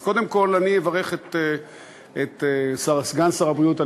אז קודם כול אני אברך את סגן שר הבריאות.